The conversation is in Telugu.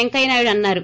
పెంకయ్యనాయుడు అన్నారు